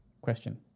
question